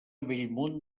bellmunt